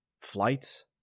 flights